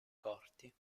corti